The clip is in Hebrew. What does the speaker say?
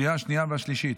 לקריאה השנייה והשלישית.